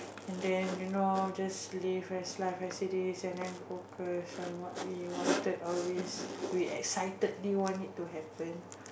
and then you know just live as life as it is and then focus on what we wanted always we excitedly want it to happen